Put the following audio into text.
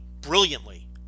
brilliantly